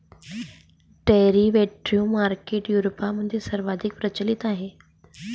derivative market युरोपमध्ये सर्वाधिक प्रचलित आहे